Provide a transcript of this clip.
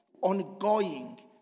ongoing